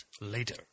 later